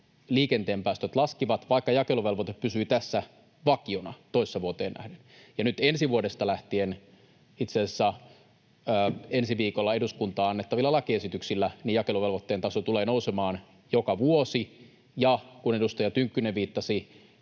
liikenteen päästöt laskivat, vaikka jakeluvelvoite pysyi tässä vakiona toissa vuoteen nähden. Ja nyt ensi vuodesta lähtien, itse asiassa ensi viikolla eduskuntaan annettavilla lakiesityksillä, jakeluvelvoitteen taso tulee nousemaan joka vuosi. Kun edustaja Tynkkynen viittasi